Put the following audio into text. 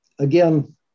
Again